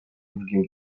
другим